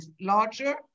larger